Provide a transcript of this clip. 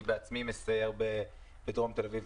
אני בעצמי מסייר בדרום תל אביב,